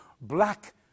black